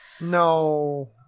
No